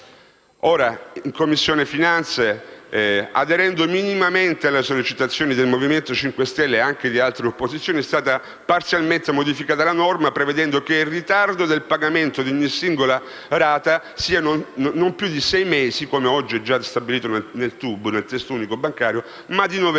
in Commissione finanze, aderendo in minima parte alle sollecitazioni del Movimento 5 Stelle e anche di altre opposizioni, è stata parzialmente modificata la norma, prevedendo che il ritardo nel pagamento di ogni singola rata non sia più di sei mesi (come oggi stabilito nel testo unico bancario) ma di nove mesi.